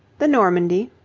the normandie,